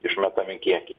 išmetami kiekiai